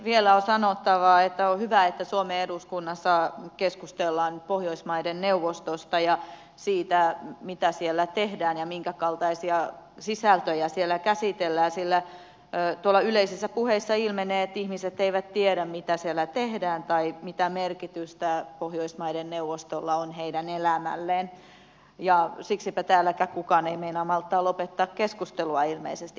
vielä on sanottava että on hyvä että suomen eduskunnassa keskustellaan pohjoismaiden neuvostosta ja siitä mitä siellä tehdään ja minkäkaltaisia sisältöjä siellä käsitellään sillä yleisissä puheissa ilmenee että ihmiset eivät tiedä mitä siellä tehdään tai mitä merkitystä pohjoismaiden neuvostolla on heidän elämälleen ja siksipä täälläkään kukaan ei meinaa malttaa lopettaa keskustelua ilmeisesti